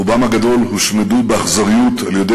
רובם הגדול הושמדו באכזריות על-ידי